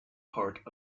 part